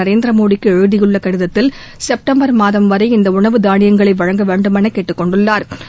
நரேந்திரமோடிக்கு எழுதியுள்ள கடிதத்தில் செப்டம்பர் மாதம் வரை இந்த உணவு தானியங்களை வழங்க வேண்டுமௌ கேட்டுக் கொண்டுள்ளாா்